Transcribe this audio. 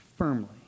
Firmly